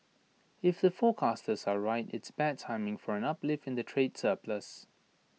if the forecasters are right it's bad timing for an uplift in the trade surplus